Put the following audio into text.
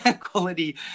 quality